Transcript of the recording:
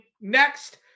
next